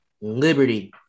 Liberty